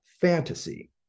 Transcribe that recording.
fantasy